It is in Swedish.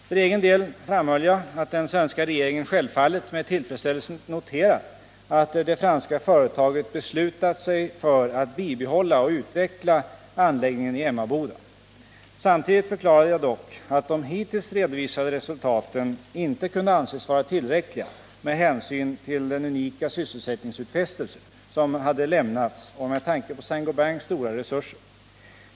För egen del framhöll jag att den svenska regeringen självfallet med tillfredsställelse noterat att det franska företaget beslutat sig för att bibehålla och utveckla anläggningen i Emmaboda. Samtidigt förklarade jag dock att de hittills redovisade resultaten inte kunde anses vara tillräckliga med hänsyn till den unika sysselsättningsutfästelse som hade lämnats och med tanke på S:t Gobains stora resurser.